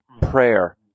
prayer